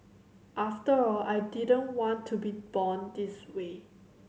after all I didn't want to be born this way